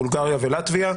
בולגריה ולטביה.